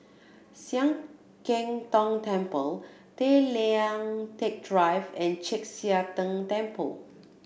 Sian Keng Tong Temple Tay Liang Teck Drive and Chek Sia Tng Temple